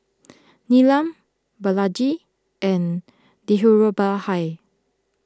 Neelam Balaji and Dhirubhai